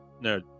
No